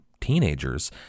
teenagers